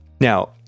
Now